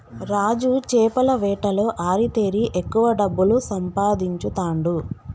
రాజు చేపల వేటలో ఆరితేరి ఎక్కువ డబ్బులు సంపాదించుతాండు